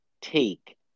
take